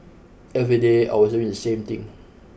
every day I was doing the same thing